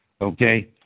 Okay